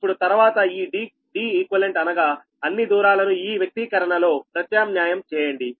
ఇప్పుడు తర్వాత ఈ Deq అనగా అన్ని దూరాలను ఈ వ్యక్తీకరణలో ప్రత్యామ్నాయం చేయండి